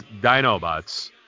Dinobots